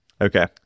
Okay